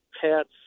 pets